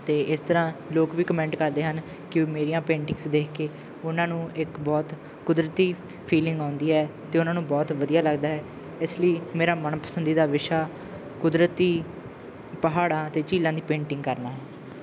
ਅਤੇ ਇਸ ਤਰ੍ਹਾਂ ਲੋਕ ਵੀ ਕਮੈਂਟ ਕਰਦੇ ਹਨ ਕਿ ਉਹ ਮੇਰੀਆਂ ਪੇਂਟਿੰਗਸ ਦੇਖ ਕੇ ਉਹਨਾਂ ਨੂੰ ਇੱਕ ਬਹੁਤ ਕੁਦਰਤੀ ਫੀਲਿੰਗ ਆਉਂਦੀ ਹੈ ਅਤੇ ਉਹਨਾਂ ਨੂੰ ਬਹੁਤ ਵਧੀਆ ਲੱਗਦਾ ਹੈ ਇਸ ਲਈ ਮੇਰਾ ਮਨ ਪਸੰਦੀਦਾ ਵਿਸ਼ਾ ਕੁਦਰਤੀ ਪਹਾੜਾਂ ਅਤੇ ਝੀਲਾਂ ਦੀ ਪੇਂਟਿੰਗ ਕਰਨਾ ਹੈ